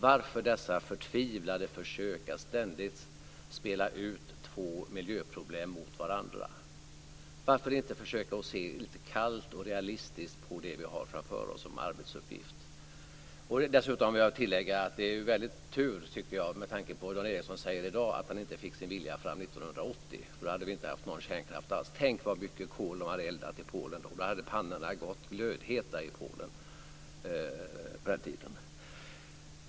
Varför dessa förtvivlade försök att ständigt spela ut två miljöproblem mot varandra? Varför inte försöka att se lite kallt och realistiskt på den arbetsuppgift som vi har framför oss? Dessutom vill jag tillägga att det - med tanke på det som Dan Ericsson säger i dag - är en väldig tur att han inte fick sin vilja igenom 1980, för då hade vi inte haft någon kärnkraft alls. Tänk, så mycket kol man hade eldat i Polen! Då hade pannorna gått glödheta i Polen.